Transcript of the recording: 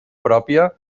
pròpia